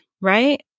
right